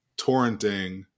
torrenting